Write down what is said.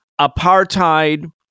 apartheid